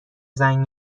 زنگ